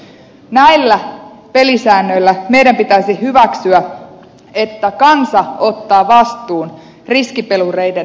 näillä pelisäännöillä meidän pitäisi hyväksyä että kansa ottaa vastuun riskipelureiden leväperäisyydestä